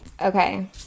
okay